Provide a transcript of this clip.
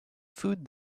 food